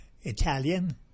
Italian